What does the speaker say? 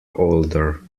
older